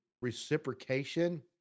reciprocation